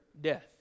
death